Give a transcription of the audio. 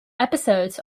episodes